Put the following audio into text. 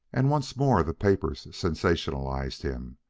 and once more the papers sensationalized him.